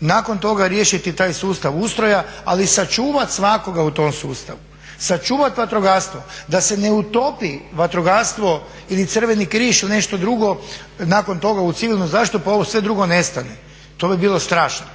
nakon toga riješiti taj sustav ustroja ali sačuvati svakoga u tom sustavu. Sačuvati vatrogastvo da se ne utopi vatrogastvo ili Crveni križ ili nešto drugo nakon toga u civilnu zaštitu pa ovo sve drugo nestane, to bi bilo strašno,